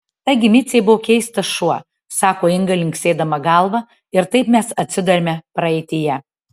taigi micė buvo keistas šuo sako inga linksėdama galva ir taip mes atsiduriame praeityje